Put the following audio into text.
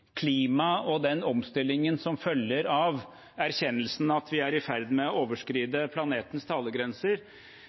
og den omstillingen som følger av erkjennelsen av at vi er i ferd med å overskride planetens